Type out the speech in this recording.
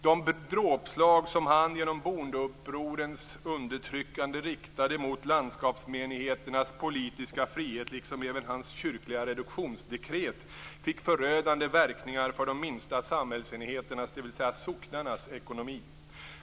De dråpslag som han genom bondeupprorens undertryckande riktade mot landskapsmenigheternas politiska frihet, liksom även hans kyrkliga reduktionsdekret, fick förödande verkningar för de minsta samhällsenheternas, dvs. för socknarnas, ekonomi.